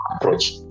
approach